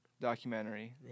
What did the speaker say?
documentary